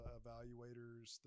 evaluators